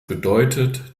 bedeutet